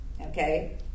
okay